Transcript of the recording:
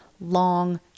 long